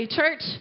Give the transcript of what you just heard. church